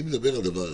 אני מדבר על דבר אחד,